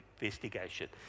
investigation